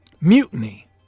Mutiny